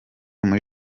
muri